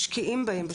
משקיעים בהם,